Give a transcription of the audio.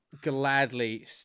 gladly